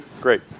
Great